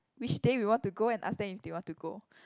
which day we want to go and ask them if they want to go